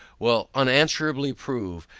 will unanswerably prove,